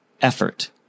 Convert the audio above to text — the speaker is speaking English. effort